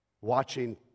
watching